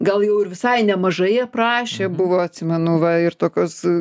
gal jau ir visai nemažai aprašė buvo atsimenu va ir tokios